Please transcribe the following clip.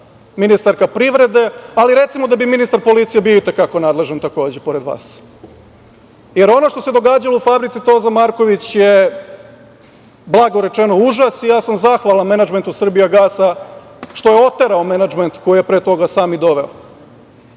ministarka privrede, ali recimo da bi ministar policije bio i te kako nadležan, takođe pored vas, jer ono što se događalo u fabrici Toza Marković je blago rečeno užas, i ja sam zahvalan menadžmentu "Srbijagasa", što je oterao menadžment koji je pre toga i sam doveo. Ovo